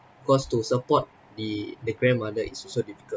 because to support the the grandmother is also difficult